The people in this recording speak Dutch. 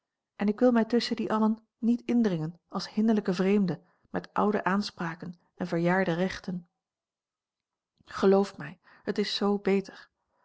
en ik wil mij tusschen die allen niet indringen als hinderlijke vreemde met oude aanspraken en verjaarde rechten geloof mij het is z beter